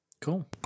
Cool